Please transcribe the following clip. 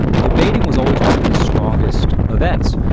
debating was always one of his strongest events.